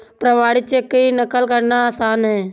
प्रमाणित चेक की नक़ल करना आसान है